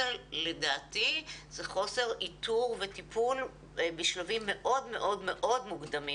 לדעתי חלק מזה בגלל חוסר איתור וטיפול בשלבים מאוד מאוד מוקדמים,